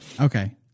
Okay